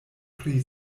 pri